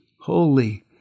holy